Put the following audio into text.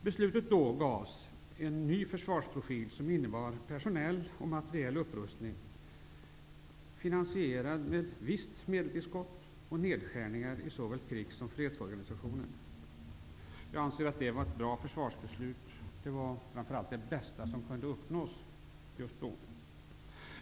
Beslutet angav en ny försvarsprofil, som innebar personell och materiell upprustning, finansierad med ett visst medelstillskott och nedskärningar i såväl krigs som fredsorganisationen. Jag anser att det var ett bra försvarsbeslut. Framför allt var det det bästa som då kunde åstadkommas.